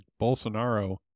Bolsonaro